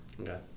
Okay